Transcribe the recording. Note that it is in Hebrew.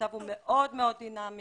המצב הוא מאוד דינמי,